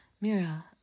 Mira